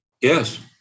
Yes